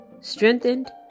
strengthened